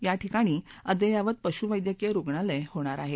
याठिकाणी अद्ययावत पशुवेद्यकीय रुग्णालय होणार आहे